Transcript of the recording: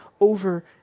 over